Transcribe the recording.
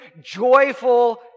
joyful